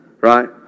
Right